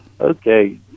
Okay